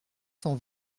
cent